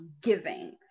giving